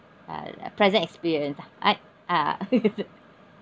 uh pleasant experience ah right ah